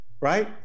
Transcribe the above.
right